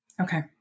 Okay